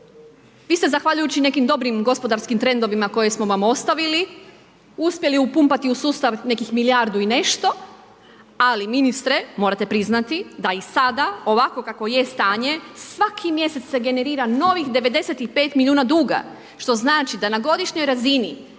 Vi ste zahvaljujući nekim dobrim gospodarskim trendovima koje smo vam ostavili uspjeli upumpati u sustav nekih milijardu i nešto, ali ministre, morate priznati da i sada ovako kako je stanje, svaki mjesec se generira novih 95 milijuna duga što znači da na godišnjoj razini